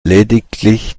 lediglich